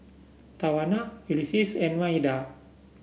Tawana Ulises and Maida